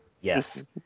yes